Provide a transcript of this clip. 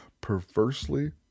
perversely